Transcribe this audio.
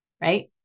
right